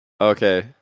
Okay